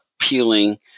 appealing